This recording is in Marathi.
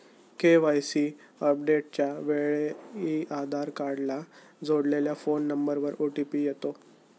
के.वाय.सी अपडेटच्या वेळी आधार कार्डला जोडलेल्या फोन नंबरवर ओ.टी.पी येतो